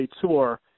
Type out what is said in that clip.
tour